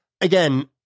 Again